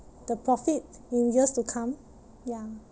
the profit in years to come ya